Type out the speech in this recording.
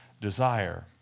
desire